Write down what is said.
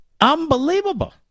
Unbelievable